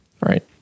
Right